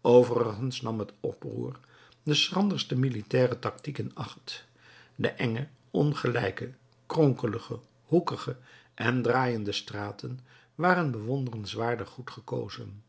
overigens nam het oproer de schranderste militaire tactiek in acht de enge ongelijke kronkelige hoekige en draaiende straten waren bewonderenswaardig goed gekozen